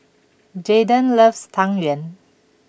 Jayden loves Tang Yuen